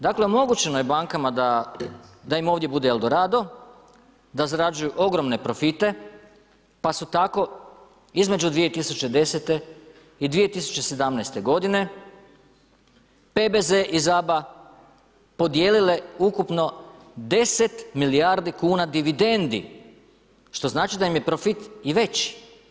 Dakle, omogućeno je bankama da im ovdje bude El Dorado, da zarađuju ogromne profite, pa su tako između 2010. i 2017. godine PBZ i ZABA podijelile ukupno 10 milijardi kuna dividendi, što znači da im je profit i veći.